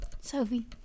Sophie